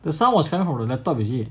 the sound was coming from the laptop is it